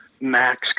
max